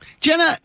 Jenna